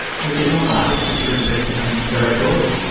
which is not bad, it's just a little bit behind the records.